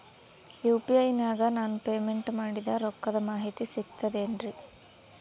UPI ನಾಗ ನಾನು payment ಮಾಡಿದ ರೊಕ್ಕದ ಮಾಹಿತಿ ಸಿಕ್ತದೆ ಏನ್ರಿ?